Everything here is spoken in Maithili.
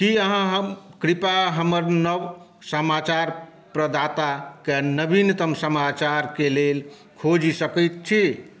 की अहाँ कृपया हमर नव समाचार प्रदाताके नवीनतम समाचारकेॅं लेल खोजि सकैत छी